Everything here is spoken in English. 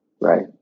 Right